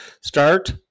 Start